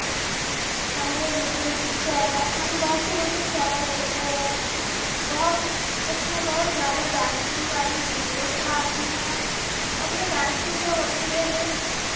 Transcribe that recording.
हमें YouTube channel हम बहुत से यूट्यूब चैनल देखते हैं बहुत उसमें बहुत ज़्यादा डांसिंग वाली वीडियोज़ आती हैं और वह डांसिंग जो होती है वह